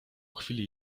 chwili